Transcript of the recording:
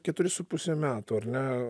keturi su puse metų ar ne